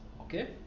Okay